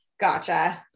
Gotcha